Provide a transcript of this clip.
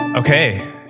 Okay